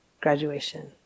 graduation